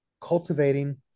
cultivating